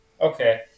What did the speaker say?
Okay